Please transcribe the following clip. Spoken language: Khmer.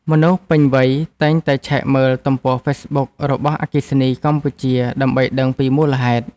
មនុស្សពេញវ័យតែងតែឆែកមើលទំព័រហ្វេសប៊ុករបស់អគ្គិសនីកម្ពុជា ដើម្បីដឹងពីមូលហេតុ។